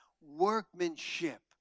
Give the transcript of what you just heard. workmanship